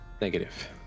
Negative